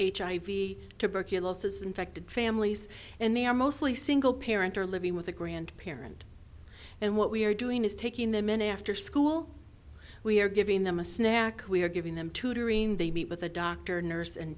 hiv tuberculosis infected families and they are mostly single parent or living with a grandparent and what we are doing is taking them in after school we are giving them a snack we are giving them tutoring they meet with a doctor or nurse and